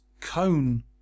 cone